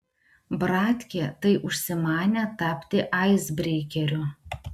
bratkė tai užsimanė tapti aisbreikeriu